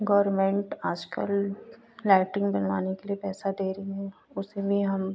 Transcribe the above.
government आजकल latrine बनवाने के लिए पैसा दे रही है उसे भी हम